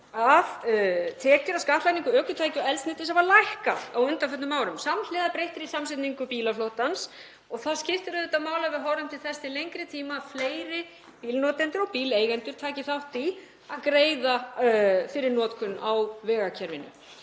að tekjur af skattlagningu ökutækja og eldsneytis hafa lækkað á undanförnum árum samhliða breyttri samsetningu bílaflotans. Það skiptir auðvitað máli að við horfum til þess til lengri tíma að fleiri bílnotendur og bíleigendur taki þátt í að greiða fyrir notkun á vegakerfinu.